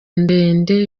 ndende